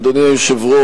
אמר לי סגן המזכיר: